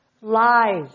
lies